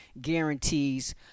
guarantees